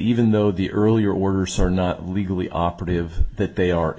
even though the earlier worse are not legally operative that they are